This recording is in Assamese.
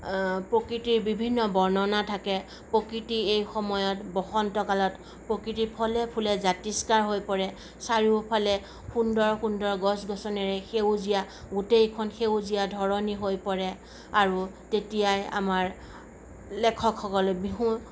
প্ৰকৃতিৰ বিভিন্ন বৰ্ণনা থাকে প্ৰকৃতি এই সময়ত বসন্ত কালত প্ৰকৃতি ফলে ফুলে জাতিষ্কাৰ হৈ পৰে চাৰিওফালে সুন্দৰ সুন্দৰ গছ গছনিৰে সেউজীয়া গোটেইখন সেউজীয়া ধৰণী হৈ পৰে আৰু তেতিয়াই আমাৰ লেখকসকলে বিহুৰ